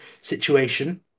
situation